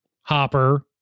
Hopper